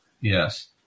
Yes